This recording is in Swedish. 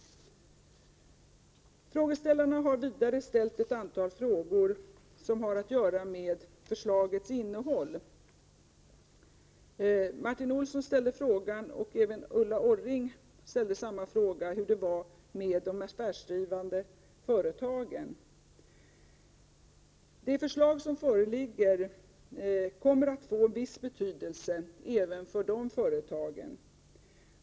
Frågeställarna har vidare ställt ett antal frågor som har att göra med förslagets innehåll. Martin Olsson och även Ulla Orring ställde frågan hur det var med de affärsdrivande statliga företagen. Det förslag som föreligger kommer att få viss betydelse även för dem.